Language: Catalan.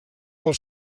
pel